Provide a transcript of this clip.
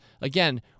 Again